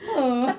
ah